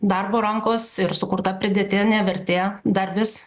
darbo rankos ir sukurta pridėtinė vertė dar vis